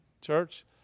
church